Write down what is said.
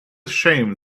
shame